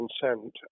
consent